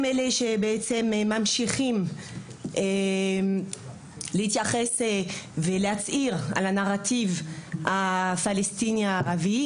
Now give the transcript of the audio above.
אם הם אלה שממשיכים להתייחס הנרטיב הפלסטיני ולהצהיר עליו,